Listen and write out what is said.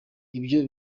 ibyo